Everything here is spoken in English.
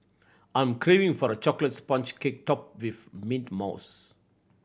I am craving for a chocolate sponge cake topped with mint mousse